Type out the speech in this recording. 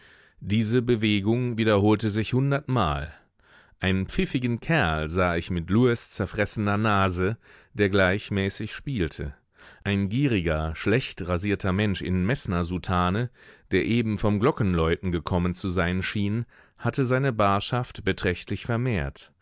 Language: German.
diese bewegung wiederholte sich hundertmal einen pfiffigen kerl sah ich mit lues zerfressener nase der gleichmäßig spielte ein gieriger schlechtrasierter mensch in meßnersoutane der eben vom glockenläuten gekommen zu sein schien hatte seine barschaft beträchtlich vermehrt